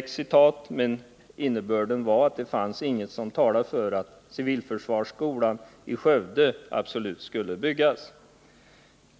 kan citera, men innebörden var att det inte finns något som talar för att civilförsvarsskolan i Skövde absolut skall byggas ut.